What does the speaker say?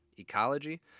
ecology